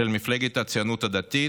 של מפלגת הציונות הדתית,